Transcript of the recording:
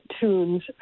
tunes